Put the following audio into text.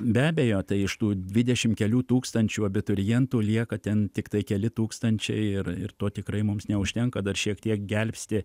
be abejo tai iš tų dvidešimt kelių tūkstančių abiturientų lieka ten tiktai keli tūkstančiai ir ir to tikrai mums neužtenka dar šiek tiek gelbsti